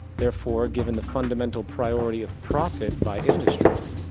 therefore, given the fundamental priority of profit by industry,